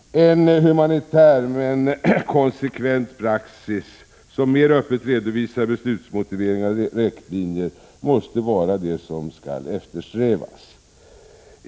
En humanitär men konsekvent praxis, som mer öppet redovisar beslutsmotiveringar och riktlinjer, måste vara det som skall eftersträvas.